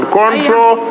control